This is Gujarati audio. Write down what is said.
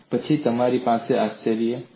પછી તમારી પાસે આશ્ચર્ય છે